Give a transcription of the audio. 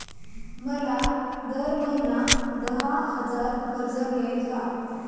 मला दर महिना दहा हजार कर्ज मिळेल का?